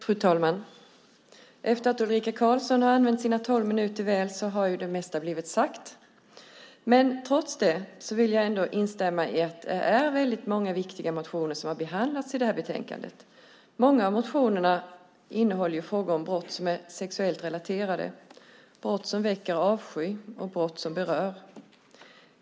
Fru talman! Efter att Ulrika Karlsson har använt sina tolv minuter väl har det mesta blivit sagt. Trots det vill jag instämma i att det är väldigt många viktiga motioner som har behandlats i betänkandet. Många av motionerna innehåller frågor om brott som är sexuellt relaterade, brott som väcker avsky och brott som berör.